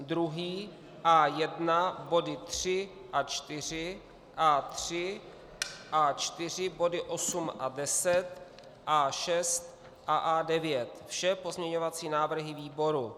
Druhý A1, body 3 a 4, A3, A4, body 8 a 10, A6 a A9, vše pozměňovací návrhy výboru.